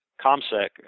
ComSec